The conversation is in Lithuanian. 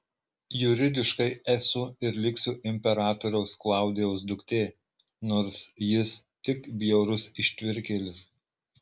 juridiškai esu ir liksiu imperatoriaus klaudijaus duktė nors jis tik bjaurus ištvirkėlis